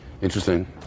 Interesting